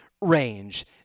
range